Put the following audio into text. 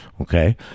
Okay